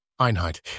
Einheit